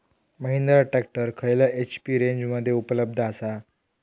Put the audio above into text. Mahindra tractor खयल्या HP रेंजमध्ये उपलब्ध आसा?